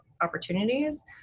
opportunities